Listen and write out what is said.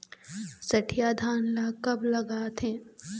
सठिया धान ला कब लगाथें?